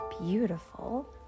beautiful